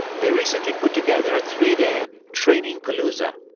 they recently put together a three-day training-palooza.